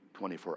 24